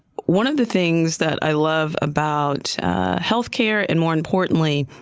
one of the things that i love about healthcare, and more importantly,